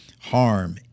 harm